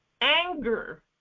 Anger